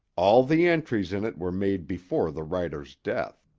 all the entries in it were made before the writer's death.